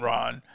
Ron